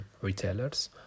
retailers